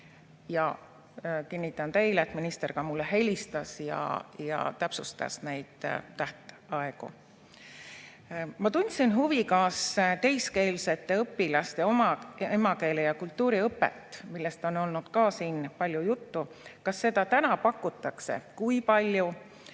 Kinnitan teile, et minister mulle ka helistas ja täpsustas neid tähtaegu. Ma tundsin huvi, kas teiskeelsete õpilaste oma emakeele ja kultuuri õpet, millest on ka siin palju juttu, praegu pakutakse, kui palju